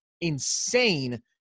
insane